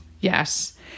Yes